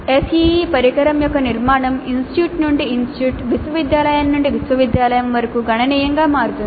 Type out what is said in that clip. SEE పరికరం యొక్క నిర్మాణం ఇన్స్టిట్యూట్ నుండి ఇన్స్టిట్యూట్ విశ్వవిద్యాలయం నుండి విశ్వవిద్యాలయం వరకు గణనీయంగా మారుతుంది